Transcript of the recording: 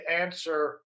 answer